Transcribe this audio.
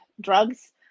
drugs